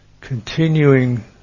continuing